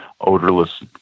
odorless